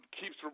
keeps